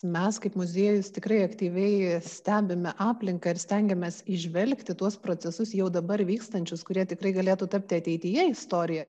mes kaip muziejus tikrai aktyviai stebime aplinką ir stengiamės įžvelgti tuos procesus jau dabar vykstančius kurie tikrai galėtų tapti ateityje istorija